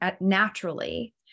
naturally